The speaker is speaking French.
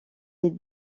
est